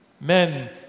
Men